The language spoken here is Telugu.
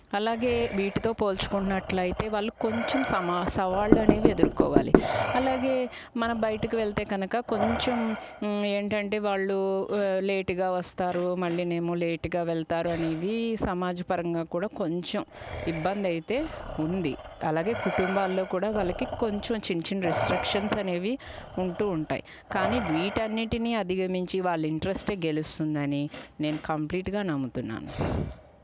అలాగే వీటితో పోల్చుకున్నట్లయితే వాళ్ళు కొంచెం సమా సవాళ్ళు అనేవి ఎదుర్కోవాలి అలాగే మన బయటకు వెళ్తే కనుక కొంచెం ఏంటంటే వాళ్ళు లేటుగా వస్తారు మళ్ళీనేమో లేటుగా వెళ్తారు అనేవి సమాజపరంగా కూడా కొంచెం ఇబ్బంది అయితే ఉంది అలాగే కుటుంబాల్లో కూడా వాళ్ళకి కొంచెం చిన్న చిన్న రిస్ట్రిక్షన్స్ అనేవి ఉంటూ ఉంటాయి కానీ వీటన్నింటిని అధిగమించి వాళ్ళ ఇంట్రెస్ట్ గెలుస్తుందని నేను కంప్లీట్గా నమ్ముతున్నాను